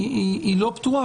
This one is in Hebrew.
היא לא פתורה,